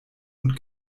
und